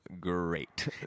great